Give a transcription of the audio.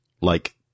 like-